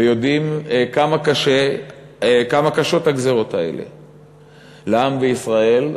ויודעים כמה קשות הגזירות האלה לעם בישראל,